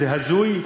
זה הזוי.